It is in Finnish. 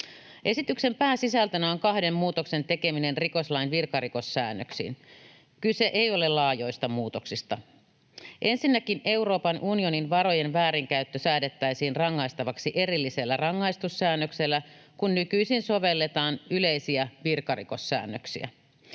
Esityksen pääsisältönä on kahden muutoksen tekeminen rikoslain virkarikossäännöksiin. Kyse ei ole laajoista muutoksista. Ensinnäkin Euroopan unionin varojen väärinkäyttö säädettäisiin rangaistavaksi erillisellä rangaistussäännöksellä, kun nykyisin sovelletaan yleisiä virkarikossäännöksiä.